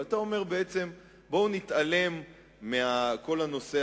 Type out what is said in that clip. אתה בעצם אומר: בואו נתעלם מכל הנושא